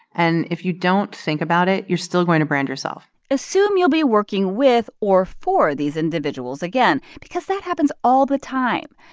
and if you don't think about it, you're still going to brand yourself assume you'll be working with or for these individuals again, because that happens all the time.